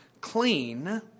clean